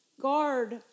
Guard